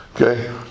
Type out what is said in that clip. Okay